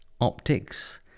optics